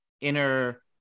inner